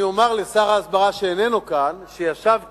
אני אומר לשר ההסברה שאיננו כאן, שישב כאן,